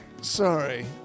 sorry